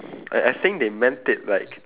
I I think they meant it like